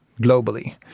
globally